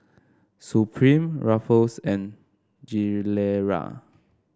Supreme Ruffles and Gilera